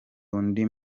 undi